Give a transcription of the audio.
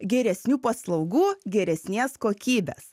geresnių paslaugų geresnės kokybės